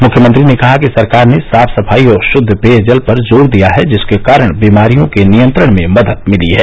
मुख्यमंत्री ने कहा कि सरकार ने साफ सफाई और पद्ध पेयजल पर जोर दिया है जिसके कारण बीमारियों के नियंत्रण में मदद मिली है